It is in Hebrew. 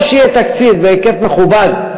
או שיהיה תקציב בהיקף מכובד,